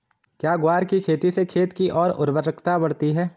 क्या ग्वार की खेती से खेत की ओर उर्वरकता बढ़ती है?